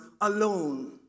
alone